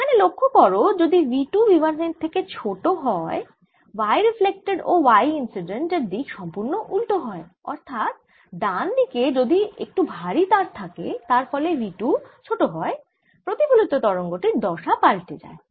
এখানে লক্ষ্য করো যদি v 2 v 1 এর চেয়ে ছোট হয় y রিফ্লেক্টেড ও y ইন্সিডেন্ট এর দিক সম্পূর্ণ উলটো হয় অর্থাৎ ডান দিকে যদি একটু ভারি তার থাকে যার ফলে v 2 ছোট হয় প্রতিফলিত তরঙ্গ টির দশা পাল্টে যায়